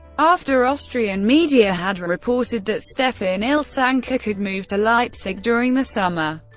after austrian media had reported that stefan ilsanker could move to leipzig during the summer.